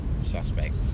suspect